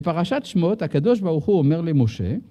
בפרשת שמות הקדוש ברוך הוא אומר למשה